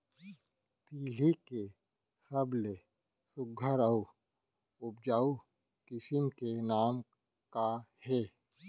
तिलि के सबले सुघ्घर अऊ उपजाऊ किसिम के नाम का हे?